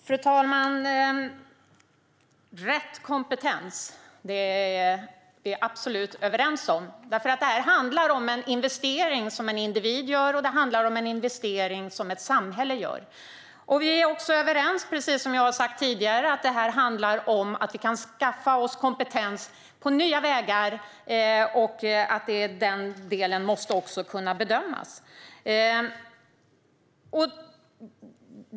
Fru talman! Rätt kompetens - det är vi absolut överens om! Detta handlar om en investering som en individ gör och en investering som ett samhälle gör. Vi är också överens, precis som jag har sagt tidigare, om att detta handlar om att vi kan skaffa oss kompetens på nya vägar. Också den delen måste kunna bedömas.